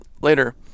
later